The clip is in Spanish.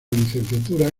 licenciatura